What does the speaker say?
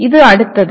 இது அடுத்தது